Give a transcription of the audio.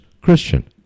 Christian